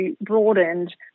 broadened